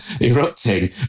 erupting